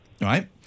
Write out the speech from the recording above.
right